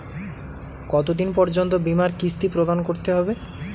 কতো দিন পর্যন্ত বিমার কিস্তি প্রদান করতে হবে?